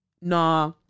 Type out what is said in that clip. nah